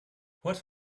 what